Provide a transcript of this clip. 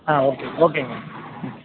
ஆ okay ஓகேங்க ம்